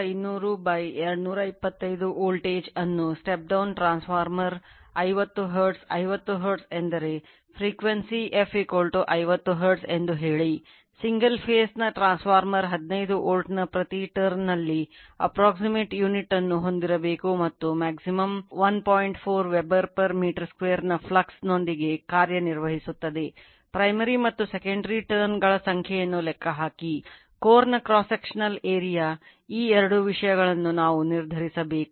4500225 voltage ಅನ್ನು step down transformer ಈ ಎರಡು ವಿಷಯಗಳನ್ನು ನಾವು ನಿರ್ಧರಿಸಬೇಕು